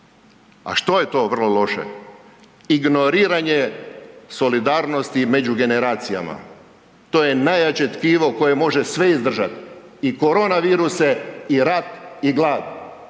A što je to vrlo loše? Ignoriranje solidarnosti među generacijama. To je najjače tkivo koje može sve izdržati. I koronaviruse i rat i glad.